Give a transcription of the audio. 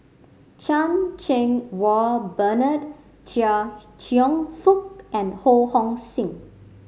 Chan Cheng Wah Bernard Chia Cheong Fook and Ho Hong Sing